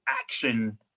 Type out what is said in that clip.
action